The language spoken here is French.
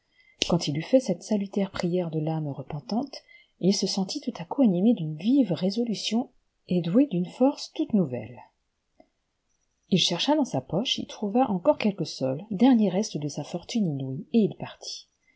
quand il eut fait cette salutaire prière de l'âme repentante il se sentit tout à coup animé d'une vive résolution et doué d'une force toute nouvelle il chercha dans sa poche y trouva encore quelques sols dernier reste de sa fortune inouïe et il partit